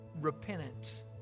repentance